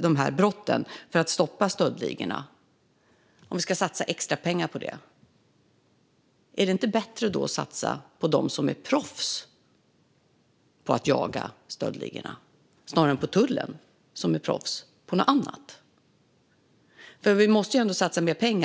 de här brotten och stöldligorna, är det då inte bättre att satsa på dem som är proffs på att jaga stöldligor snarare än på tullen, som är proffs på något annat? Vi måste ändå satsa mer pengar.